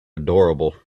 adorable